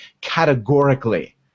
categorically